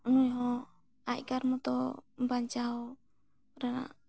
ᱱᱩᱭᱦᱚᱸ ᱟᱭᱠᱟᱨ ᱢᱚᱛᱚ ᱵᱟᱧᱪᱟᱣ ᱨᱮᱱᱟᱜ